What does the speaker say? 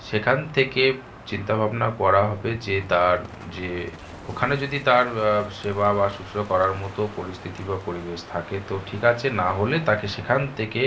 সেখান থেকে চিন্তা ভাবনা করা হবে যে তার যে ওখানে যদি তার সেবা বা শুশ্রূষা করার মতো পরিস্থিতি বা পরিবেশ থাকে তো ঠিক আছে না হলে তাকে সেখান থেকে